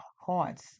hearts